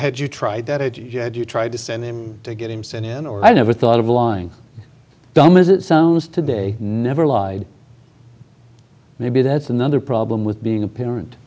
jeju tried to send him to get him sent in or i never thought of lying dumb as it sounds today never lied maybe that's another problem with being a parent